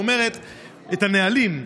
את הנהלים,